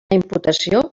imputació